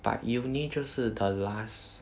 but uni 就是 the last